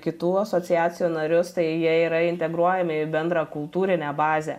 kitų asociacijų narius tai jie yra integruojami į bendrą kultūrinę bazę